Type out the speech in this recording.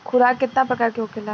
खुराक केतना प्रकार के होखेला?